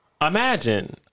Imagine